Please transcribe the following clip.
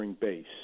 base